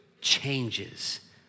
changes